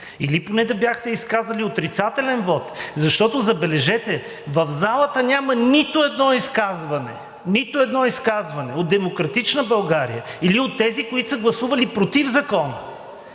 или поне да бяхте изказали отрицателен вот. Защото, забележете, в залата няма нито едно изказване – нито едно изказване от „Демократична България“ или от тези, които са гласували против закона,